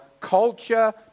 culture